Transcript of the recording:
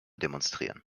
demonstrieren